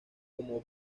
como